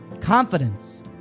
Confidence